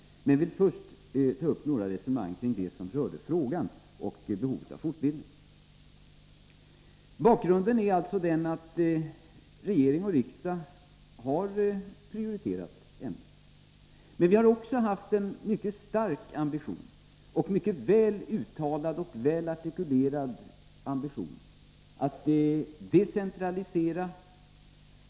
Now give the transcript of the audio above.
Men jag vill först ta upp några resonemang kring det som rörde frågan — behovet av fortbildning. Bakgrunden är alltså att regering och riksdag har prioriterat ämnet. Men vi har också haft en mycket stark och väl uttalad ambition att decentralisera.